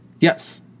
Yes